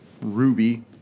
Ruby